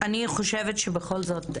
חושבת שבכל זאת,